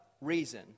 reason